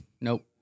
Nope